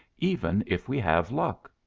even if we have luck.